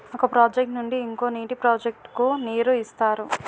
ఒక ప్రాజెక్ట్ నుండి ఇంకో నీటి ప్రాజెక్ట్ కు నీరు ఇస్తారు